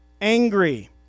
angry